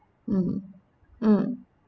mm mm